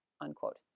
unquote